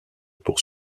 pour